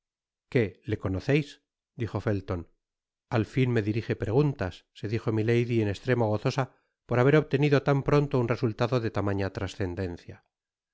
qué le conoceis dijo felton al fin me dirige preguntas se dijo milady en estremo gozosa por haber obtenido tan pronto un resultado de tamaña trascendencia